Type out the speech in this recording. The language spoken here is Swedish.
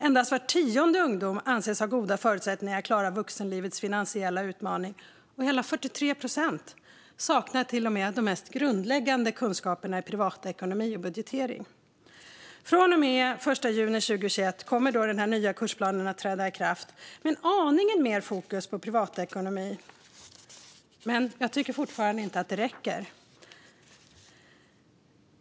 Endast var tionde ungdom anses ha goda förutsättningar att klara vuxenlivets finansiella utmaningar, och hela 43 procent saknar till och med de mest grundläggande kunskaperna i privatekonomi och budgetering. Från och med den 1 juni 2021 kommer den nya kursplanen att träda i kraft, med aningen mer fokus på privatekonomi, men jag tycker fortfarande inte att det räcker.